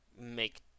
make